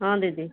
ହଁ ଦିଦି